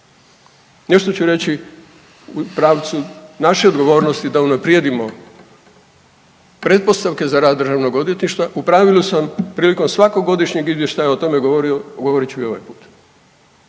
nešto ću reći u pravcu naše odgovornosti da unaprijedimo pretpostavke za rad državnog odvjetništva u pravilu sam prilikom svakog godišnjeg izvještaja o tome govorio, govorit ću i ovaj put.